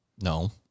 No